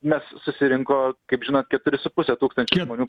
nes susirinko kaip žinot keturi su puse tūkstančio žmonių